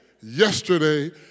yesterday